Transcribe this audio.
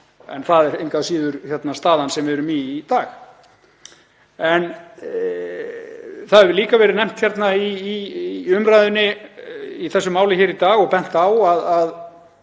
En það er engu að síður staðan sem við erum í í dag. Það hefur líka verið nefnt í umræðunni í þessu máli í dag og bent á að